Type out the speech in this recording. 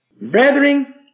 Brethren